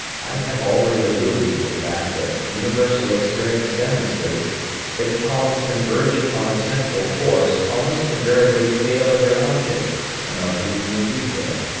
i have already alluded to the fact that universal experience demonstrates that columns converging on a central force almost invariably fail in their object and are beaten in detail.